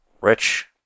Rich